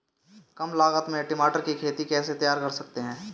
कम लागत में टमाटर की खेती कैसे तैयार कर सकते हैं?